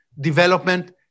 development